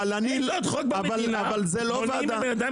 איזה עוד חוק במדינה מונעים מבן אדם